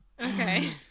okay